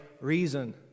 reason